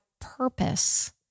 purpose